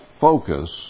focus